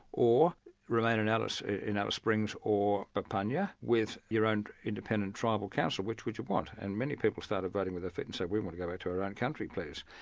or remain in alice in alice springs or papunya with your own independent tribal council, which would you want? and many people starting voting with their feet and said we want to go back to our own country please,